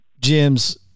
Jim's